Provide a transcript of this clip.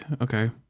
Okay